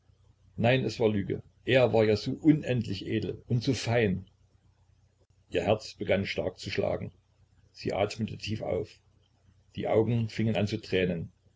nein es war lüge er war ja so unendlich edel und so fein ihr herz begann sehr stark zu schlagen sie atmete tief auf die augen fingen an zu tränen